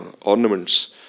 ornaments